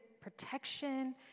protection